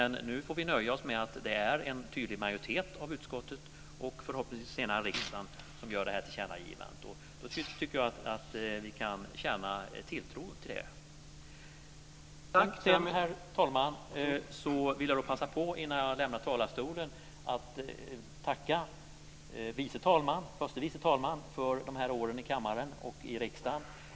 Nu får vi nöja oss med att det är en tydlig majoritet av utskottet, och förhoppningsvis senare riksdagen, som gör tillkännagivandet. Jag tycker att vi kan känna tilltro till det. Herr talman! Innan jag lämnar talarstolen vill jag passa på att tacka förste vice talmannen för de här åren i kammaren och i riksdagen.